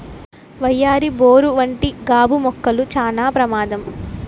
వయ్యారి బోరు వంటి గాబు మొక్కలు చానా ప్రమాదం